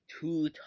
Two